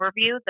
overview